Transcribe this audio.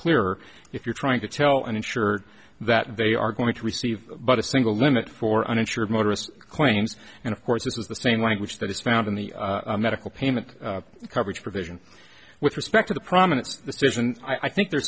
clearer if you're trying to tell an insured that they are going to receive but a single limit for uninsured motorist claims and of course this is the same language that is found in the medical payment coverage provision with respect to the prominent decision i think there